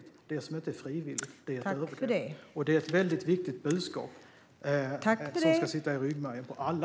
Det som inte är frivilligt är ett övergrepp. Det är ett väldigt viktigt budskap som ska sitta i ryggmärgen på alla.